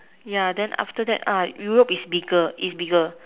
yeah then after that ah Europe is bigger is bigger